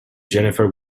jennifer